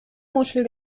muschel